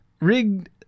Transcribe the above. Rigged